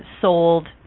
sold